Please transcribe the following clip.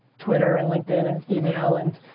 twitter and linkedin and email and.